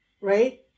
right